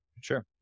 Sure